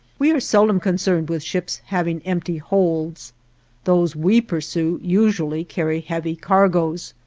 we are seldom concerned with ships having empty holds those we pursue usually carry heavy cargoes,